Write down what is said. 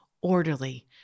orderly